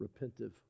repentive